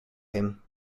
him